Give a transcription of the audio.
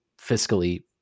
fiscally